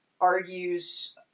argues